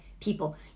people